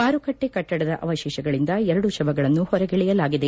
ಮಾರುಕಟ್ಟೆ ಕಟ್ಸಡದ ಅವಶೇಷಗಳಿಂದ ಎರಡು ಶವಗಳನ್ನು ಹೊರಗೆಳೆಯಲಾಗಿದೆ